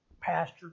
pastor